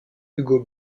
hugo